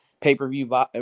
pay-per-view